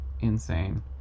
insane